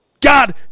God